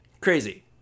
Crazy